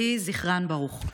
יהיה זכרן ברוך.